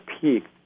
peaked